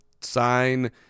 Sign